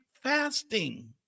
fasting